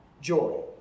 joy